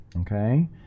Okay